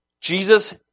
Jesus